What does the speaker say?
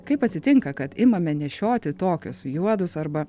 kaip atsitinka kad imame nešioti tokius juodus arba